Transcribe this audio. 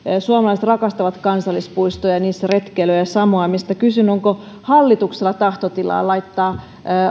suomalaiset rakastavat kansallispuistoja ja niissä retkeilyä ja samoamista kysyn onko hallituksella tahtotilaa laittaa